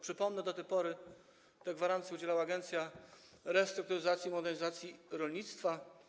Przypomnę, że do tej pory tej gwarancji udzielała Agencja Restrukturyzacji i Modernizacji Rolnictwa.